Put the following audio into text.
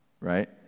right